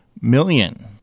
million